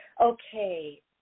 Okay